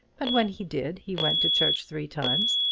but when he did, he went to church three times,